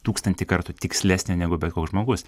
tūkstantį kartų tikslesnė negu bet koks žmogus